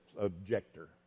objector